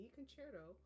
Concerto